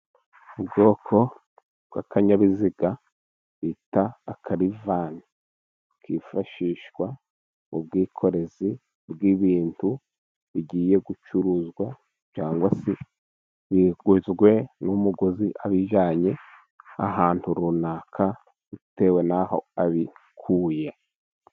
Ubwoko bw'akanyayabiziga bita akarifani. Kifashishwa mu bwikorezi bw'ibintu bigiye gucuruzwa, cyangwa se biguzwe n'umuguzi abijyanye ahantu runaka, bitewe n'aho abikuye.